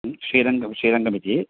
Srirangam श्रीरङ्गमिति